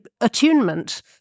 attunement